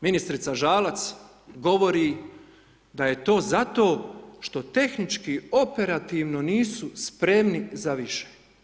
Ministrica Žalac govori da je to zato što tehnički operativno nisu spremni za više.